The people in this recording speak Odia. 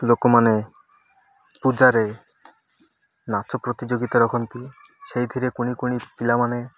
ଲୋକମାନେ ପୂଜାରେ ନାଚ ପ୍ରତିଯୋଗୀତା ରଖନ୍ତି ସେଇଥିରେ କୁଣି କୁଣି ପିଲାମାନେ